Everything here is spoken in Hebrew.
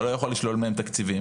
אתה לא יכול לשלול מהם תקציבים,